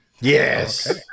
Yes